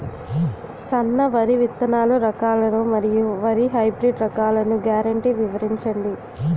సన్న వరి విత్తనాలు రకాలను మరియు వరి హైబ్రిడ్ రకాలను గ్యారంటీ వివరించండి?